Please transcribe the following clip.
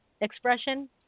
expression